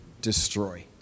destroy